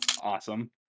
awesome